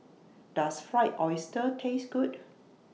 Does Fried Oyster Taste Good